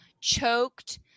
choked